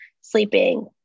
sleeping